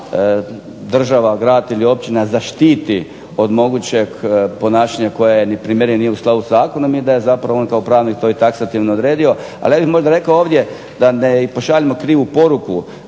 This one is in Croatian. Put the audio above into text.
država, grad ili općina zaštiti od mogućeg ponašanja koje … u skladu sa zakonom i da je zapravo on kao pravnik to i taksativno odredio ali ja bih rekao ovdje da ne pošaljemo krivu poruku,